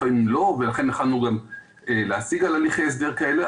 לפעמים לא ולכן התחלנו להשיג על הליכי הסדר כאלה,